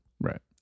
right